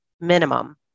minimum